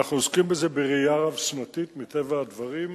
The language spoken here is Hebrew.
אנחנו עוסקים בזה בראייה רב-שנתית, מטבע הדברים.